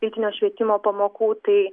lytinio švietimo pamokų tai